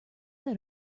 that